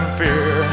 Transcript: fear